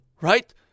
right